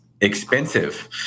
expensive